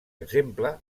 exemple